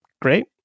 great